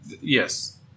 yes